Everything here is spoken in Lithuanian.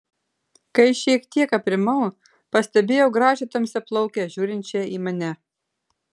kai šiek tiek aprimau pastebėjau gražią tamsiaplaukę žiūrinčią į mane